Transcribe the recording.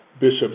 Bishop